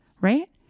right